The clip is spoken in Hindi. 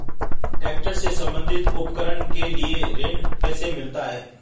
ट्रैक्टर से संबंधित उपकरण के लिए ऋण कैसे मिलता है?